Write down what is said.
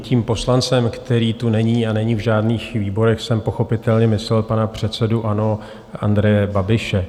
Tím poslancem, který tu není a není v žádných výborech, jsem pochopitelně myslel pana předsedu ANO Andreje Babiše.